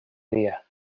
dia